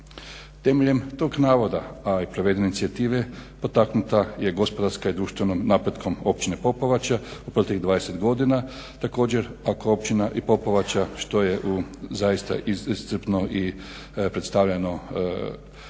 Temeljem tog navoda, a i provedene inicijative potaknuta je gospodarska i društvenim napretkom općine Popovača u proteklih 20 godina. Također, ako općina i Popovača što je u zaista iscrpno i predstavljeno nama